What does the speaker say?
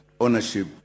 ownership